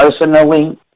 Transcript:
personally